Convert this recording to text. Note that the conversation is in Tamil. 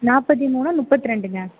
நாற்பத்தி மூணு முப்பத் ரெண்டுங்க